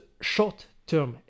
short-term